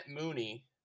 mooney